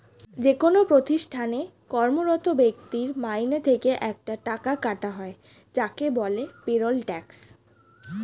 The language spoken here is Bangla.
যেকোন প্রতিষ্ঠানে কর্মরত ব্যক্তির মাইনে থেকে একটা টাকা কাটা হয় যাকে বলে পেরোল ট্যাক্স